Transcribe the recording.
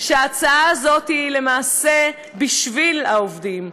שההצעה הזאת היא למעשה בשביל העובדים,